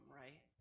right